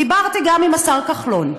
דיברתי גם עם השר כחלון,